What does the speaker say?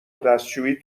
دستشویی